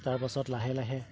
তাৰপাছত লাহে লাহে